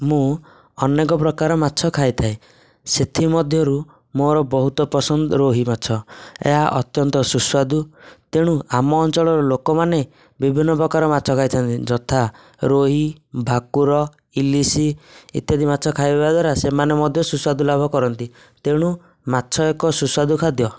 ମୁଁ ଅନେକ ପ୍ରକାର ମାଛ ଖାଇଥାଏ ସେଥିମଧ୍ୟରୁ ମୋର ବହୁତ ପସନ୍ଦ ରୋହି ମାଛ ଏହା ଅତ୍ୟନ୍ତ ସୁସ୍ୱାଦୁ ତେଣୁ ଆମ ଅଞ୍ଚଳର ଲୋକମାନେ ବିଭିନ୍ନ ପ୍ରକାରର ମାଛ ଖାଇଥାଆନ୍ତି ଯଥା ରୋହି ଭାକୁର ଇଲିସି ଇତ୍ୟାଦି ମାଛ ଖାଇବା ଦ୍ୱାରା ସେମାନେ ମଧ୍ୟ ସୁସ୍ଵାଦୁ ଲାଭ କରନ୍ତି ତେଣୁ ମାଛ ଏକ ସୁସ୍ୱାଦୁ ଖାଦ୍ୟ